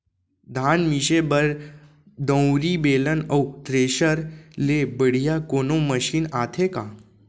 धान मिसे बर दंवरि, बेलन अऊ थ्रेसर ले बढ़िया कोनो मशीन आथे का?